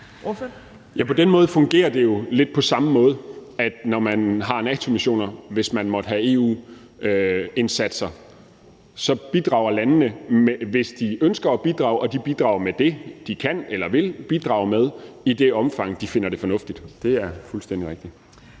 på den måde fungerer det jo lidt på samme måde som, når man har NATO-missioner, hvis man måtte have EU-indsater. Der bidrager landene, hvis de ønsker at bidrage, og de bidrager med det, de kan eller vil bidrage med i det omfang, de finder det fornuftigt. Det er fuldstændig rigtigt.